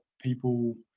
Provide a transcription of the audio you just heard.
people